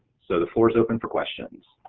so the floor is open for questions.